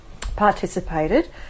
participated